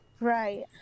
right